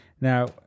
Now